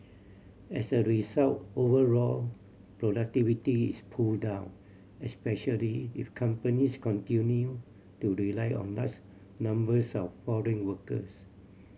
as a result overall productivity is pulled down especially if companies continue to rely on large numbers of foreign workers